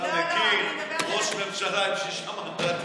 אתה מכיר ראש ממשלה עם שישה מנדטים?